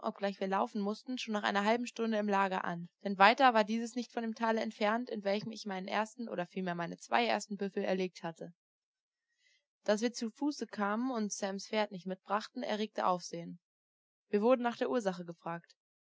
obgleich wir laufen mußten schon nach einer halben stunde im lager an denn weiter war dieses nicht von dem tale entfernt in welchem ich meinen ersten oder vielmehr meine zwei ersten büffel erlegt hatte daß wir zu fuße kamen und sams pferd nicht mitbrachten erregte aufsehen wir wurden nach der ursache gefragt